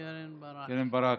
קרן ברק.